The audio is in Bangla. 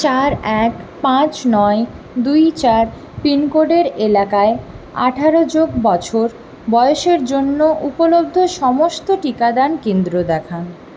চার এক পাঁচ নয় দুই চার পিনকোডের এলাকায় আঠারো যোগ বছর বয়সের জন্য উপলব্ধ সমস্ত টিকাদান কেন্দ্র দেখান